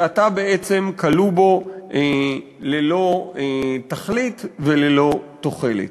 ואתה בעצם כלוא בו ללא תכלית וללא תוחלת.